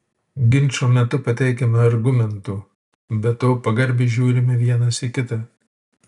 ginčo metu pateikiame argumentų be to pagarbiai žiūrime vienas į kitą